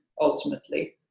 ultimately